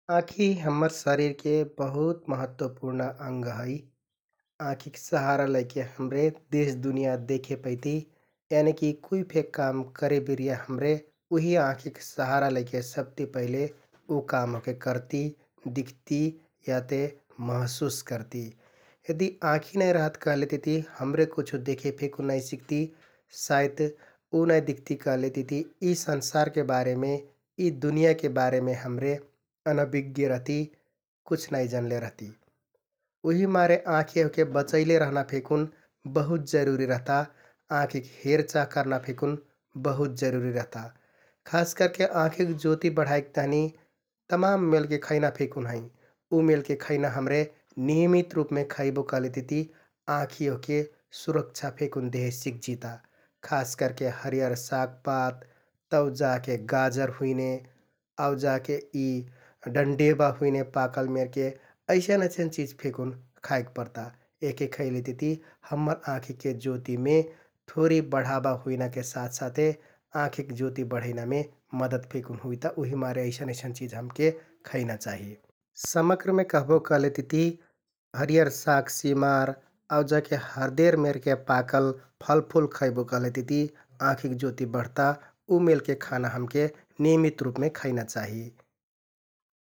आँखि हम्मर शरिरके बहुत महत्वपुर्ण अंग है । आँखिक सहारा लैके हमरे देश, दुनियाँ देखेपैति यानिकि कुइ फेक काम करेबिरिया हमरे उहि आँखिक सहारा लैके सबति पहिले उ काम ओहके करति, दिख्ति याते महसुस करति । यदि आँखि नाइ रहत कहलेतिति हमरे कुछु देखे फेकुन नाइ सिकति । सायत उ नाइ दिख्ति कहलेतिति यि संसारके बारेमे, यि दुनियाँके बारेमे हमरे अनबिज्ञ रहति, कुछ नाइ जन्ले रहति उहिमारे आँखि ओहके बचैना रहना फेकुन बहुत जरुरि रहता । आँखिक हेरचाह करना फेकुन बहुत जरुरि रहता । खास करके आँखिक ज्योति बढाइक तहनि तमाम मेलके खैना फेकुन हैं । उ मेलके खैना हमरे नियमित रुपमे खैबो कहलेतिति आँखि ओहके सुरक्षा फेकुन देहे सिकजिता । खास करके हरियर सागपात, तौ जाके गाजर हुइने, आउ जाके यि डण्डेबा हुइनें पाकल मेरके, अइसन अइसन चिज फेकुन खाइक परता । यहके खैति तिति हम्मर आँखिके ज्योतिमे थोरि बढाबा हुइनाके साथ साथे आँखिक ज्योति बढैनामे मद्दत फेकुन हुइता तहिमारे अइसन अइसन चिज हमके खैना चाहि । समग्रमे कहबो कहलेतिति हरियर सागसिमार आउ जाके हरदेर मेरके पाकल फलफुल खैबो कहलेतिति आँखिक ज्योति बढ्ता । उ मेलके खाना हमके नियमित रुपमे खैना चाहि ।